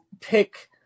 pick